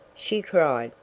she cried.